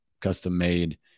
custom-made